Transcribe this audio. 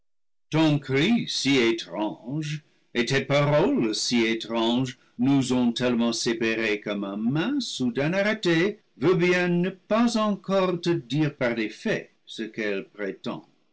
ton cri si étrange et tes paroles si étranges nous ont telle ment séparés que ma main soudain arrêtée veut bien ne pas encore te dire parties faits ce qu'elle prétend